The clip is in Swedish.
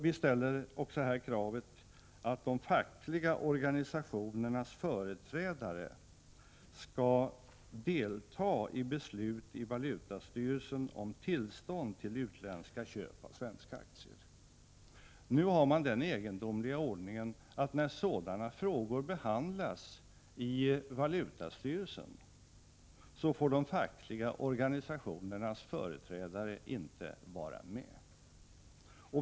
Vi ställer också på den punkten kravet att de fackliga organisationernas företrädare skall delta i beslut i valutastyrelsen om tillstånd till utländska köp av svenska aktier. Nu har man den egendomliga ordningen att när sådana frågor behandlas i valutastyrelsen, får de fackliga organisationernas företrädare inte vara med.